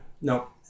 Nope